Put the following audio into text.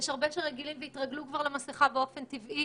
יש הרבה אנשים שרגילים והתרגלו למסכה באופן טבעי.